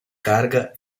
carga